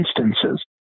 instances